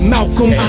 Malcolm